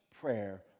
prayer